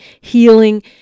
healing